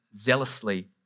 zealously